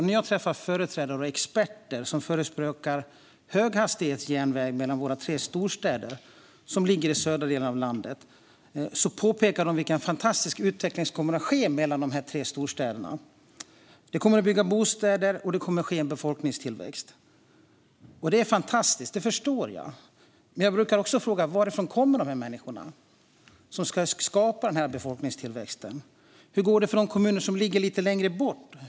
När jag träffar företrädare och experter som förespråkar höghastighetsjärnväg mellan våra tre storstäder i den södra delen av landet påpekar de vilken fantastisk utveckling som kommer att ske mellan de tre storstäderna. Det ska byggas bostäder, och det kommer att ske en befolkningstillväxt. Det är fantastiskt, det förstår jag, men jag brukar också fråga: Varifrån kommer alla dessa människor som ska skapa befolkningstillväxten? Hur går det för de kommuner som ligger lite längre bort?